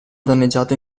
danneggiato